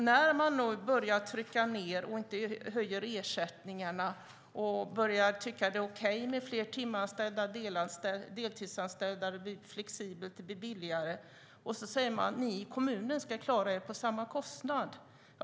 När man börjar trycka ned och inte höjer ersättningarna, börjar tycka att det är okej med fler timanställda och deltidsanställda eftersom det blir flexibelt och billigare säger man också: Ni i kommunen ska klara er på samma kostnad.